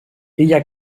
ella